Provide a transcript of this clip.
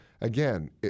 again